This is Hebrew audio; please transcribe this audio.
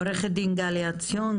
עורכת הדין גילה עציון,